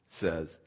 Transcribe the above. says